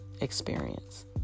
experience